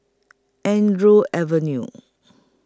Andrews Avenue